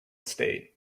state